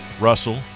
Russell